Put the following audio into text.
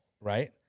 right